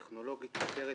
(פטורין) (פטור מארנונה למכללה טכנולוגית מוכרת),